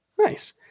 Nice